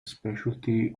specialty